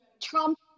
trump